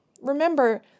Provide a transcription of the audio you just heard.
Remember